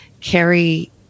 carry